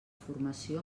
formació